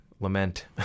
lament